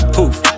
Poof